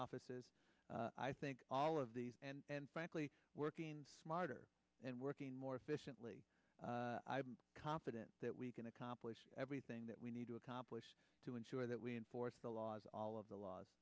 offices i think all of these and frankly working smarter and working more efficiently i'm confident that we can accomplish everything that we need to accomplish to ensure that we enforce the laws all of the laws